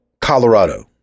colorado